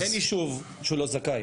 כן, אין יישוב שהוא לא זכאי.